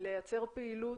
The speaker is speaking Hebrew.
לייצר פעילות,